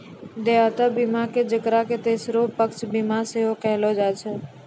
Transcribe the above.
देयता बीमा जेकरा कि तेसरो पक्ष बीमा सेहो कहलो जाय छै